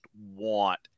want